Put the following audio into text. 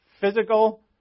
physical